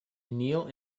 kneel